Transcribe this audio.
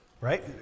Right